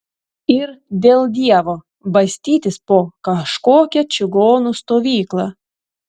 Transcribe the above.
ir dėl dievo bastytis po kažkokią čigonų stovyklą